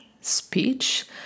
speech